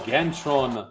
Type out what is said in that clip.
Gentron